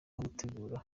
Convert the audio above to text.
gutegura